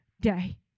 Day